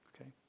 Okay